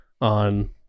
on